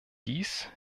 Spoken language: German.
dies